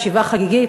ישיבה חגיגית,